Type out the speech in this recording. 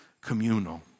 communal